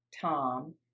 Tom